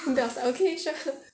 then after okay sure